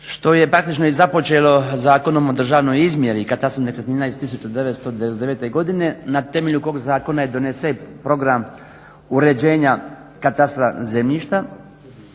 što je praktično i započelo Zakonom o državnoj izmjeri i katastru nekretnina iz 1999. godine na temelju koga zakona je donesen program uređenja katastra zemljišta.